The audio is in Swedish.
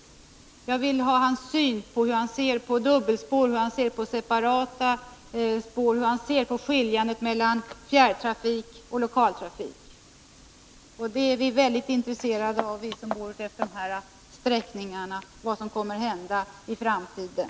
Jag vill veta hur han ser på frågorna om dubbelspår, separata spår och skiljandet mellan fjärrtrafik och lokaltrafik. Vi som bor utefter de här sträckningarna är mycket intresserade av vad som kommer att hända i framtiden.